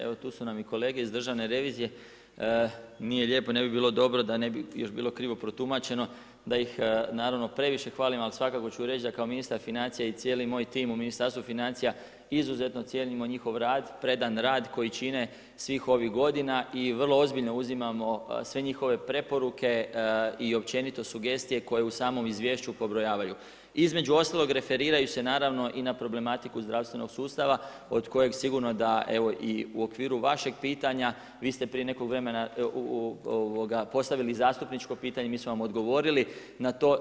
Evo tu su nam i kolege iz Državne revizije, nije lijepo, ne bi bilo dobro, da ne bi još bilo krivo protumačeno, da ih naravno, previše hvalim, ali svakako ću reći da kao ministar financija i cijeli moj tim u Ministarstvu financija izuzetno cijenimo njihov predan rad, koji čine svih ovih godina i vrlo ozbiljno uzimamo sve njihove preporuke i općenito sugestije koje u samom izvješću pobrojavaju, između ostalog, referiraju se naravno i na problematiku zdravstvenog sustava, od kojeg sigurno, da evo i u okviru vašeg pitanja, vi ste prije nekog vremena, postavili zastupničko pitanje, mi smo vam odgovorili na to.